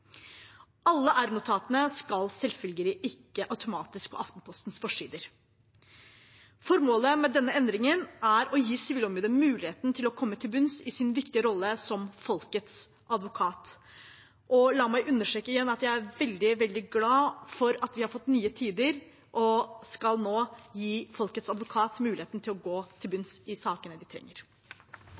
Alle r-notatene skal selvfølgelig ikke automatisk på Aftenpostens forsider. Formålet med denne endringen er å gi Sivilombudet muligheten til å komme til bunns, i sin viktige rolle som folkets advokat. La meg igjen understreke at jeg er veldig glad for at vi har fått nye tider. Nå skal vi gi folkets advokat muligheten til å komme til bunns i de sakene de trenger.